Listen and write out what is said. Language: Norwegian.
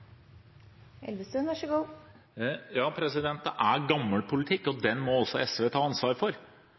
Det er gammel politikk, og den må også SV ta ansvar for,